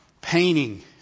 painting